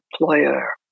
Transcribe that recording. employer